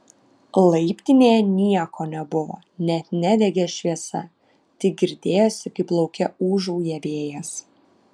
laiptinėje nieko nebuvo net nedegė šviesa tik girdėjosi kaip lauke ūžauja vėjas